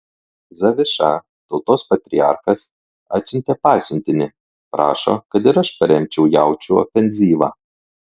zaviša tautos patriarchas atsiuntė pasiuntinį prašo kad ir aš paremčiau jaučių ofenzyvą